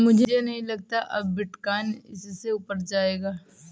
मुझे नहीं लगता अब बिटकॉइन इससे ऊपर जायेगा